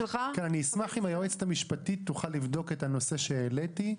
אשמח אם היועצת המשפטית תוכל לבדוק את הנושא שהעליתי.